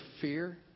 fear